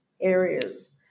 areas